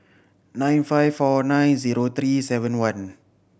nine five four nine zero three seven one